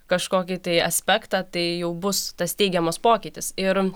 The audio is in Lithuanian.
kažkokį tai aspektą tai jau bus tas teigiamas pokytis ir